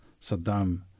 Saddam